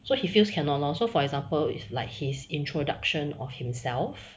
so he feels cannot lor so for example is like his introduction of himself